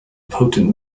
potent